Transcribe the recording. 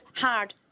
hard